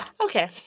Okay